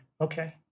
okay